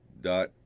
dot